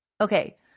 Okay